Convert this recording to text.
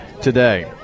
today